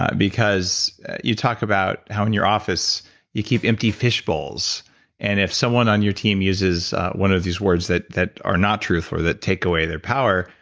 because you talked about how in your office you keep empty fish bowls and if someone on your team uses one of these words that that are not true, that take away their power,